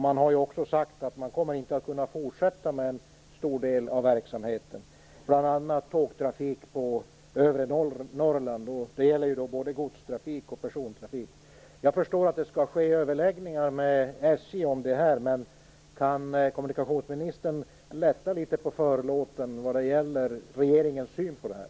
Man har också sagt att man inte kommer att kunna fortsätta med en stor del av verksamheten, bl.a. tågtrafik på övre Norrland - både gods och persontrafik. Jag förstår att det skall hållas överläggningar med SJ, men kan kommunikationsministern lätta litet på förlåten vad gäller regeringens syn på det här?